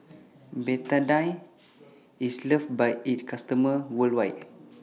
Betadine IS loved By its customers worldwide